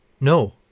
No